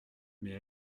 mais